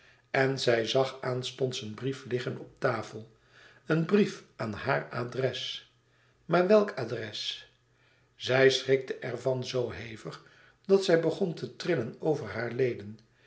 en zij zag aanstonds een brief liggen op tafel een brief aan haar adres maar welk adres zij schrikte ervan zoo hevig dat zij begon te trillen over hare leden